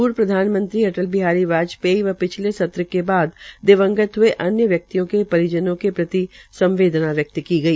पूर्व प्रधानमंत्री अटल बिहारी वाजपेयी व पिछले सत्र के बाद दिवंगत हुए अन्य व्यक्तियों के परिजनों के प्रति संवदेना व्यक्त की गई